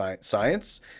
science